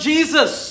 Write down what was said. Jesus